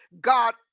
God